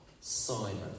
Simon